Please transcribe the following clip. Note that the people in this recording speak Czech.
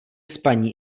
spaní